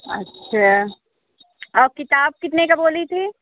अच्छा और किताब कितने का बोली थीं